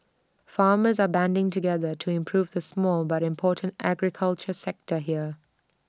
farmers are banding together to improve the small but important agriculture sector here